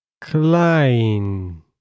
klein